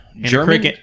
German